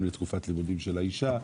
אם לתקופת לימודים של האשה.